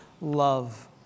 love